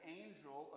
angel